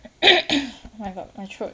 my god my throat